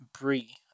brie